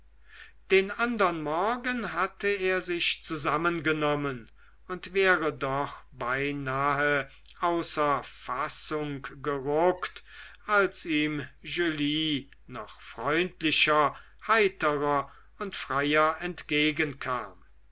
den andern morgen hatte er sich zusammengenommen und wäre doch beinahe außer fassung geruckt als ihm julie noch freundlicher heiterer und freier entgegenkam